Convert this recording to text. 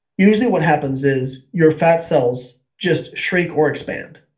usually what happens is your fat cells just shrink or expand.